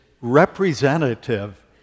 representative